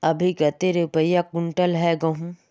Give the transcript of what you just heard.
अभी कते रुपया कुंटल है गहुम?